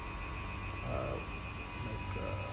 uh like uh